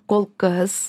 kol kas